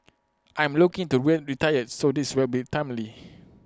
I am looking to retire so this will be timely